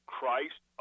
Christ